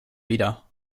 wieder